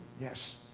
yes